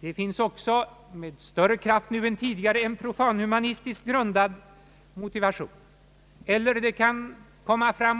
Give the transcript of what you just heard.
Det finns också, med större kraft nu än tidigare, en profanhumanistiskt grundad motivation. Eller det kan